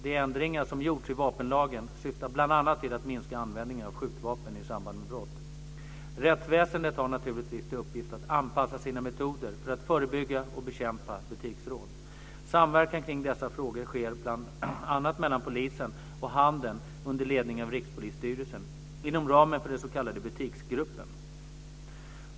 De ändringar som gjorts i vapenlagen syftar bl.a. till att minska användningen av skjutvapen i samband med brott. Rättsväsendet har naturligtvis till uppgift att anpassa sina metoder för att förebygga och bekämpa butiksrån. Samverkan kring dessa frågor sker bl.a.